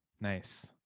nice